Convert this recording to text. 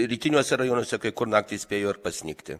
rytiniuose rajonuose kai kur naktį spėjo ir pasnigti